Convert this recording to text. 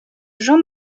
jean